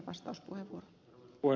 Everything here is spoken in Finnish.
arvoisa puhemies